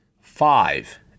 Five